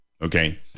okay